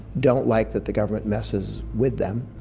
don't like that the government messes with them.